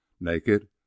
naked